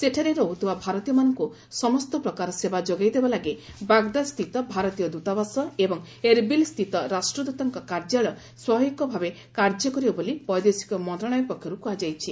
ସେଠାରେ ରହୁଥିବା ଭାରତୀୟମାନଙ୍କୁ ସମସ୍ତ ପ୍ରକାର ସେବା ଯୋଗାଇଦେବା ଲାଗି ବାଗଦାଦସ୍ଥିତ ଭାରତୀୟ ଦୂତାବାସ ଏବଂ ଏରବିଲ୍ସ୍ଥିତ ରାଷ୍ଟ୍ରଦୂତଙ୍କ କାର୍ଯ୍ୟାଳୟ ସ୍ୱାଭାବିକ ଭାବେ କାର୍ଯ୍ୟ କରିବ ବୋଲି ବୈଦେଶିକ ମନ୍ତ୍ରଣାଳୟ ପକ୍ଷରୁ କୁହାଯାଇଛି